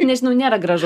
nežinau nėra gražu